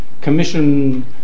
commission